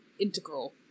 integral